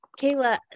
Kayla